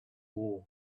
war